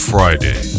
Friday